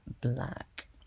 Black